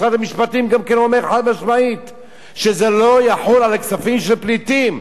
משרד המשפטים גם כן אומר חד-משמעית שזה לא יחול על הכספים של פליטים,